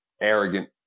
arrogant